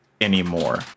anymore